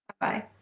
Bye